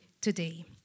today